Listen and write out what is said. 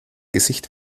gesicht